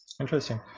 Interesting